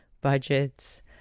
budgets